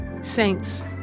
Saints